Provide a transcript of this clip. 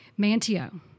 Mantio